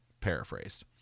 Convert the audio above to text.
paraphrased